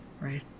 Right